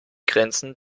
grenzen